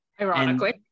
ironically